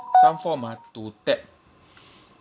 some form ah to tap